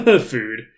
food